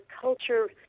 culture